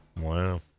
Wow